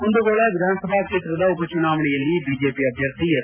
ಕುಂದಗೋಳ ವಿಧಾನಸಭಾ ಕ್ಷೇತ್ರದ ಉಪ ಚುನಾವಣೆಯಲ್ಲಿ ಬಿಜೆಪಿ ಅಭ್ಯರ್ಥಿ ಎಸ್